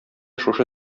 шушы